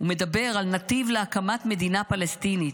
על נתיב להקמת מדינה פלסטינית,